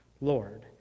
Lord